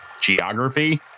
geography